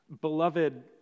beloved